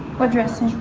what dressing?